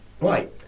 Right